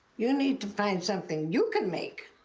you need to find something you can make.